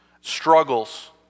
struggles